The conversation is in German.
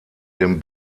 dem